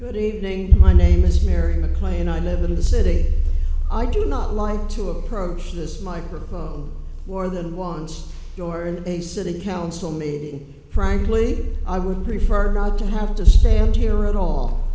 good evening my name is mary mcclain i live in the city i do not like to approach this microphone more than once your in a city council me frankly i would prefer not to have to stand here at all